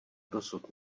dosud